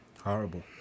Horrible